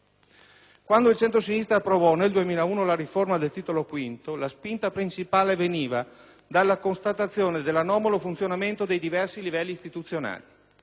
Quando il centrosinistra approvò, nel 2001, la riforma del Titolo V, la spinta principale veniva dalla constatazione dell'anomalo funzionamento dei diversi livelli istituzionali